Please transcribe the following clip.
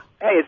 Hey